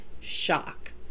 shock